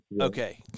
Okay